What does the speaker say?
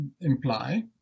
imply